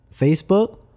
Facebook